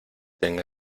tenga